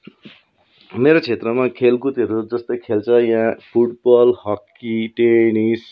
मेरो क्षेत्रमा खेलकुदहरू जस्तै खेल्छ यहाँ फुटबल हक्की टेनिस